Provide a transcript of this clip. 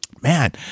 man